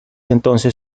entonces